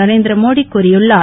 நரேந்திர மோடி கூறியுள்ளார்